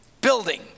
building